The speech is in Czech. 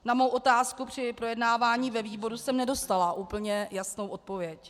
Na svou otázku při projednávání ve výboru jsem nedostala úplně jasnou odpověď.